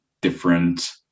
different